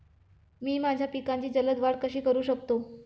मी माझ्या पिकांची जलद वाढ कशी करू शकतो?